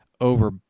over